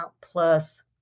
Plus